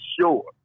sure